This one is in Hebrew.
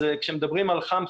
כשמדברים על חם,